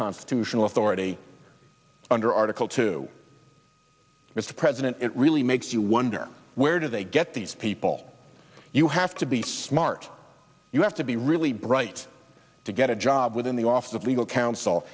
constitutional authority under article two mr president it really makes you wonder where do they get these people you have to be smart you have to be really bright to get a job within the office of legal counsel